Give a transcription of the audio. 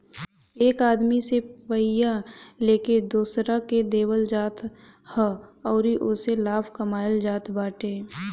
एक आदमी से पइया लेके दोसरा के देवल जात ह अउरी ओसे लाभ कमाइल जात बाटे